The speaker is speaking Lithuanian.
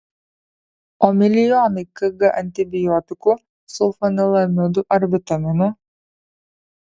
o milijonai kg antibiotikų sulfanilamidų ar vitaminų